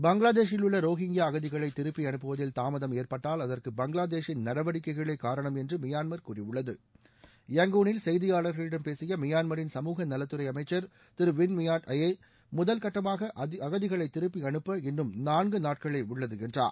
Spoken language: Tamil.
பங்களாதேஷிலுள்ள ரோஹிங்கியா அகதிகளை திருப்பி அனுப்புவதில் தாமதம் ஏற்பட்டால் அதற்கு பங்களாதேஷின் நடவடிக்கைகளே காரணம் என்று மியான்மர் கூறியுள்ளது யங்கூனில் செய்தியாளர்களிடம் பேசிய மியான்மின் சமூக நலத்துறை அமைச்சர் திரு வின் மிபாட் அயே முதல் கட்டமாக அதிகளை திருப்பி அனுப்ப இன்னும் நான்கு நாட்களே உள்ளது என்றார்